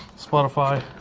Spotify